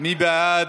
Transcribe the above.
מי בעד?